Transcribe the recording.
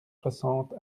soixante